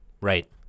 right